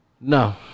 No